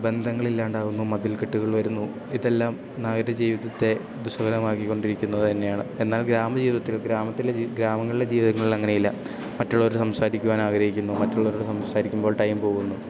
ബന്ധങ്ങളിൾ ഇല്ലാണ്ടാവുന്നു മതിൽക്കെട്ടുകൾ വരുന്നു ഇതെല്ലാം നഗര ജീവിതത്തെ ദുസ്സഹമാക്കിക്കൊണ്ടിരിക്കുന്നത് തന്നെയാണ് എന്നാൽ ഗ്രാമ ജീവിതത്തിൽ ഗ്രാത്തിലെ ജീ ഗ്രാമങ്ങളിലെ ജീവിതങ്ങളിൽ അങ്ങനെയില്ല മറ്റുള്ളവർ സംസാരിക്കുവാൻ ആഗ്രഹിക്കിന്നു മറ്റുള്ളവരോട് സംസാരിക്കുമ്പോൾ ടൈം പോകുന്നു